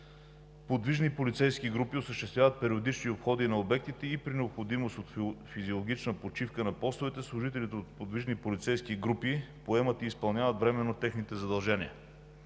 Подвижни полицейски групи осъществяват периодични обходи на обектите и при необходимост от физиологична почивка на постовете служителите от подвижните полицейски групи поемат и изпълняват временно техните задължения.